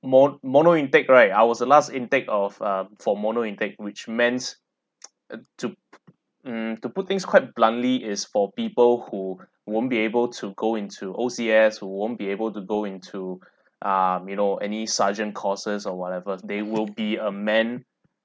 mo~ mono intake right I was the last intake of uh for mono intake which means to mm to put things quite bluntly is for people who won't be able to go into O_C_S who won't be able to go into ah you know any sergeant courses or whatever they will be a man